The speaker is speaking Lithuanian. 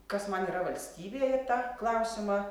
kas man yra valstybė į tą klausimą